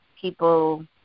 people